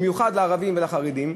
במיוחד לערבים ולחרדים,